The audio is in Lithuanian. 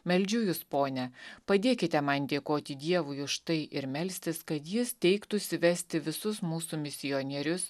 meldžiu jus pone padėkite man dėkoti dievui už tai ir melstis kad jis teiktųsi vesti visus mūsų misionierius